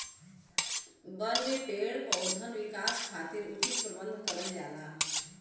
बन में पेड़ पउधन विकास खातिर उचित प्रबंध करल जाला